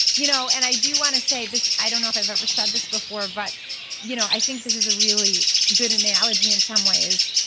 you know and i do want to say, i don't know if i've ever said this before, but you know i think this is a really good analogy in some ways.